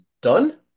done